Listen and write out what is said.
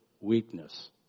weakness